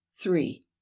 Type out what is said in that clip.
Three